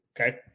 Okay